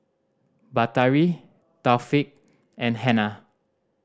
Batari Taufik and Hana